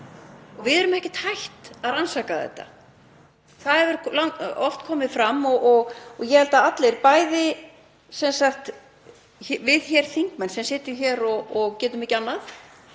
Við erum ekkert hætt að rannsaka þetta. Það hefur oft komið fram og ég held að allir, við þingmenn sem sitjum hér og getum ekki annað,